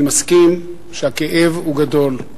אני מסכים שהכאב הוא גדול,